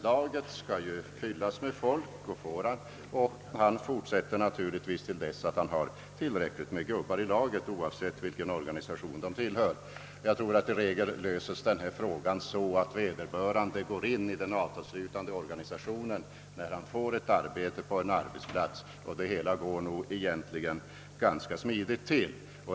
Laget skall ju fyllas med folk och förmannen fortsätter naturligtvis tills han har tillräckligt med gubbar i laget, oavsett vilken organisation de tillhör. Jag tror att denna fråga i regel löses så, att vederbörande går in i den avtalsslutande organisationen när han får ett arbete på en arbetsplats, och allt går nog på det hela taget ganska smidigt till.